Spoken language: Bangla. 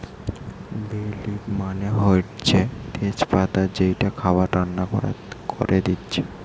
বে লিফ মানে হতিছে তেজ পাতা যেইটা খাবার রান্না করে দিতেছে